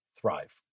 thrive